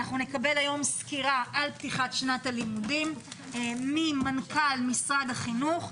נקבל היום סקירה על פתיחת שנת הלימודים ממנכ"ל משרד החינוך,